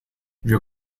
wir